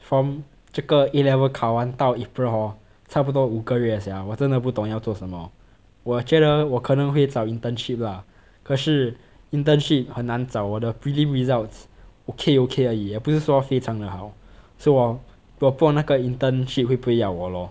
from 这个 A level 考完到 april hor 差不多五个月 sia 我真的不懂要做什么我觉得我可能会找 internship lah 可是 internship 很难找我的 prelim results okay okay 而已也不是说非常的好 so 我我不懂那个 internship 会不会要我 lor